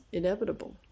inevitable